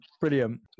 brilliant